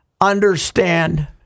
understand